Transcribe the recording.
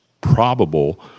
probable